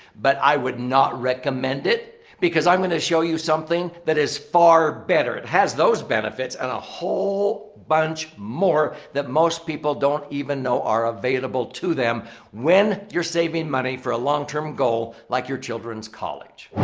but i would not recommend it because i'm going to show you something that is far better. it has those benefits and a whole bunch more that most people don't even know are available to them when you're saving money for a long-term goal like your children's college.